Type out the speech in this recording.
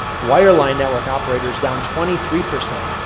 wireline network operators down twenty three percent,